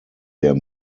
der